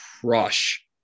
crush